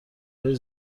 های